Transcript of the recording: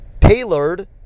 tailored